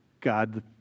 God